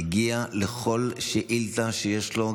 מגיע בזמן לכל שאילתה שיש לו,